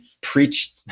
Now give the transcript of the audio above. preach